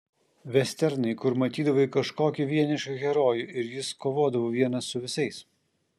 vesternai kur matydavai kažkokį vienišą herojų ir jis kovodavo vienas su visais